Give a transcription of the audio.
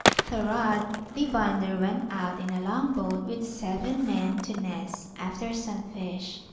thorodd, the bonder, went out in a long boat with seven men to ness, after some fish,